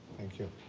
thank you.